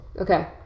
Okay